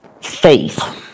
faith